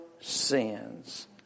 sins